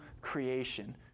creation